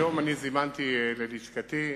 זימנתי ללשכתי,